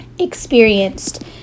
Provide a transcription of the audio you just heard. Experienced